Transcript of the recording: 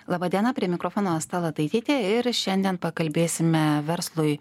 laba diena prie mikrofono asta lataitytė ir šiandien pakalbėsime verslui